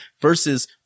versus